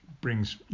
brings